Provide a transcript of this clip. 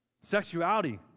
sexuality